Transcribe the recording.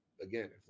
again